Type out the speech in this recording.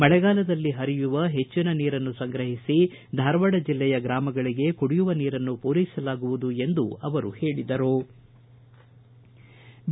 ಮಳೆಗಾಲದಲ್ಲಿ ಪರಿಯುವ ಹೆಚ್ಚನ ನೀರನ್ನು ಸಂಗ್ರಹಿಸಿ ಧಾರವಾಡ ಜಲ್ಲೆಯ ಗ್ರಾಮಗಳಿಗೆ ಕುಡಿಯುವ ನೀರಿನ್ನು ಪೂರೈಸಲಾಗುವುದು ಎಂದು ಹೇಳದರು